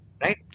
Right